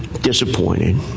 disappointed